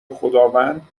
خداوند